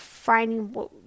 finding